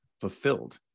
fulfilled